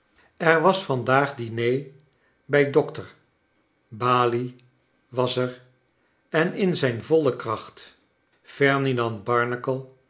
er was vandaag diner bij dokter balie was er en in zijn voile kracht ferdinand